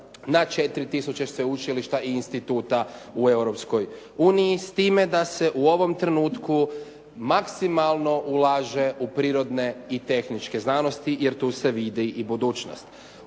na 4000 sveučilišta i instituta u Europskoj uniji s time da se u ovom trenutku maksimalno ulaže u prirodne i tehničke znanosti jer tu se vidi i budućnost.